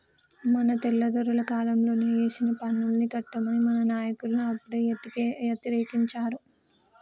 మన తెల్లదొరల కాలంలోనే ఏసిన పన్నుల్ని కట్టమని మన నాయకులు అప్పుడే యతిరేకించారు